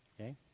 okay